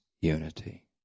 unity